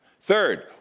Third